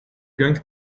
going